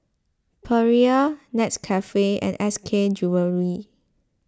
Perrier Nescafe and S K Jewellery